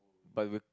but would